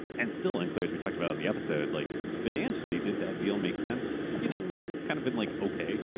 and still unclear as we talked about and the episode. like financially, did that deal makes sense? itaeurs you know kind of been like okay,